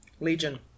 Legion